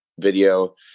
video